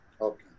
Okay